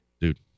Dude